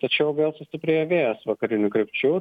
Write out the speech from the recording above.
tačiau vėl sustiprėja vėjas vakarinių krypčių